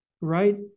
Right